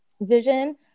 vision